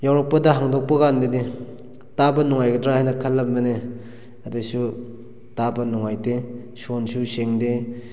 ꯌꯧꯔꯛꯄꯗ ꯍꯥꯡꯗꯣꯛꯄ ꯀꯥꯟꯗꯗꯤ ꯇꯥꯕ ꯅꯨꯡꯉꯥꯏꯒꯗ꯭ꯔꯥ ꯍꯥꯏꯅ ꯈꯜꯂꯝꯕꯅꯦ ꯑꯗꯨꯁꯨ ꯇꯥꯕ ꯅꯨꯡꯉꯥꯏꯇꯦ ꯁꯥꯎꯟꯁꯨ ꯁꯦꯡꯗꯦ